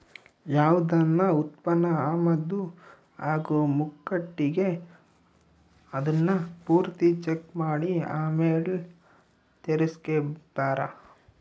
ಯಾವ್ದನ ಉತ್ಪನ್ನ ಆಮದು ಆಗೋ ಮುಂಕಟಿಗೆ ಅದುನ್ನ ಪೂರ್ತಿ ಚೆಕ್ ಮಾಡಿ ಆಮೇಲ್ ತರಿಸ್ಕೆಂಬ್ತಾರ